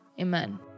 amen